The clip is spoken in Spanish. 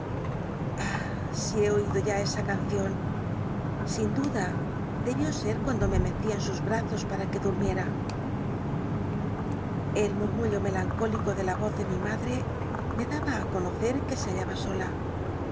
si he oído ya esa cancion sin duda debió ser cuando me mecía en sus brazos para que durmiera el murmullo melancólico de la oz de mi madre me daba conocer que se hallaba sola